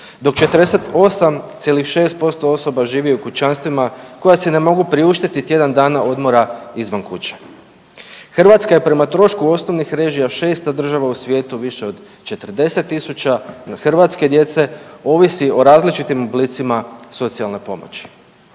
dok 48,6% osoba živi u kućanstvima koja si ne mogu priuštiti tjedan dana odmora izvan kuće. Hrvatska je prema trošku osnovnih režija 6. država u svijetu više od 40.000 hrvatske djece ovisi o različitim oblicima socijalne pomoći.